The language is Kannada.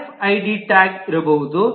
ಆರ್ಎಫ್ಐಡಿ ಟ್ಯಾಗ್ ಇರಬಹುದು